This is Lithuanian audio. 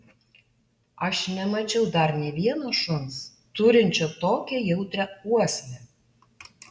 aš nemačiau dar nė vieno šuns turinčio tokią jautrią uoslę